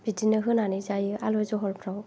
बिदिनो होनानै जायो आलु जहलफ्राव